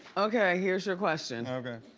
okay, here's your question. okay.